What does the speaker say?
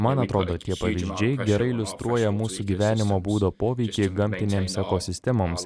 man atrodo tie pavyzdžiai gerai iliustruoja mūsų gyvenimo būdo poveikį gamtinėms ekosistemoms